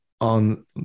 on